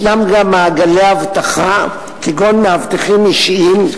יש גם מעגלי אבטחה, כגון מאבטחים אישיים,